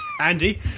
Andy